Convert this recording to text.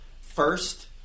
first